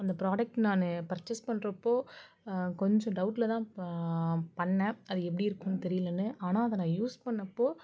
அந்த ப்ராடக் நான் பர்ச்சேஸ் பண்ணுறப்போ கொஞ்சம் டவுட்லதான் பண்ண அது எப்படி இருக்குதுனு தெரியலன்னு ஆனால் அதை யூஸ் பண்ணப்போ